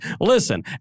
listen